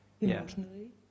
emotionally